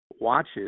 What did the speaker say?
watches